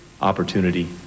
opportunity